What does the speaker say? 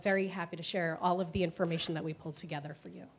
very happy to share all of the information that we pulled together for you